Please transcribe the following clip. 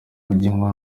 bugingo